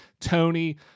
Tony